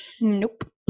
Nope